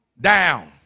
Down